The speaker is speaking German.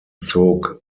zog